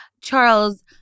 Charles